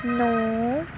ਨੌਂ